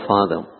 Father